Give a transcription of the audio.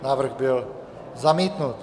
Návrh byl zamítnut.